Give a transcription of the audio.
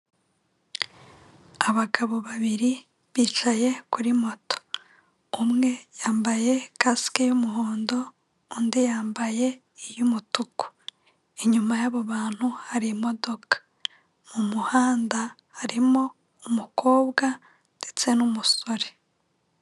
Abagabo babiri bicaye kuri moto umwe yambaye kasike y'umuhondo undi yambaye iy'umutuku, inyuma y'abo bantu hari imodoka, mu muhanda harimo umukobwa ndetse n'umusore.